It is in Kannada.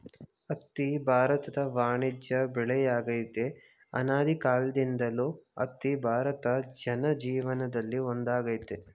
ಹತ್ತಿ ಭಾರತದ ವಾಣಿಜ್ಯ ಬೆಳೆಯಾಗಯ್ತೆ ಅನಾದಿಕಾಲ್ದಿಂದಲೂ ಹತ್ತಿ ಭಾರತ ಜನಜೀವನ್ದಲ್ಲಿ ಒಂದಾಗೈತೆ